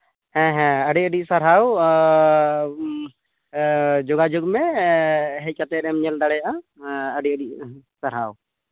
ᱦᱮᱸ ᱦᱮ ᱸ ᱟᱹᱰᱤ ᱟᱹᱰᱤ ᱥᱟᱨᱦᱟᱣ ᱡᱳᱜᱟᱡᱳᱜᱽ ᱢᱮ ᱦᱮᱡ ᱠᱟᱛᱮᱫ ᱮᱢ ᱧᱮᱞ ᱫᱟᱲᱮᱭᱟᱜᱼᱟ ᱟᱹᱰᱤ ᱟᱹᱰᱤ ᱥᱟᱨᱦᱟᱣ